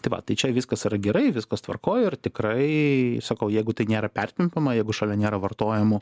tai va tai čia viskas yra gerai viskas tvarkoj ir tikrai sakau jeigu tai nėra pertempiama jeigu šalia nėra vartojamų